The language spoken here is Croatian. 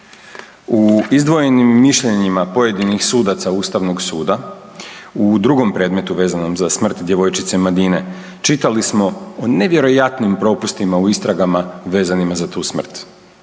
U izdvojenim mišljenjima pojedinih sudaca ustavnog suda u drugom predmetu vezanom za smrt djevojčice Madine čitali smo o nevjerojatnim propustima u istragama vezanima za tu smrt.